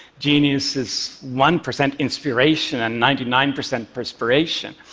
genius is one percent inspiration and ninety nine percent perspiration.